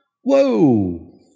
Whoa